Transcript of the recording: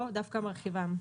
או דווקא מרחיבם.